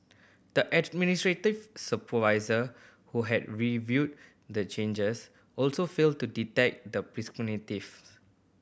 the administrator supervisor who had reviewed the changes also failed to detect the